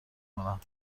کنم